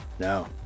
No